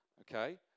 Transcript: Okay